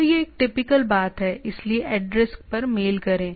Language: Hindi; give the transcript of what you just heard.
तो यह टिपिकल बात है इसलिए एड्रेस पर मेल करें